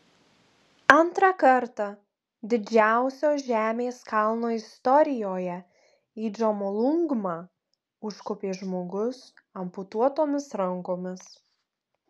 antrą kartą didžiausios žemės kalno istorijoje į džomolungmą užkopė žmogus amputuotomis rankomis